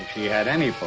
yeah but any form,